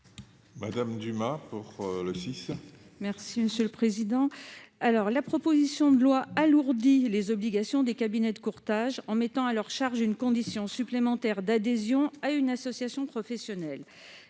Catherine Dumas, pour présenter l'amendement n° 6. La proposition de loi alourdit les obligations des cabinets de courtage en mettant à leur charge une condition supplémentaire d'adhésion à une association professionnelle.